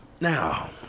Now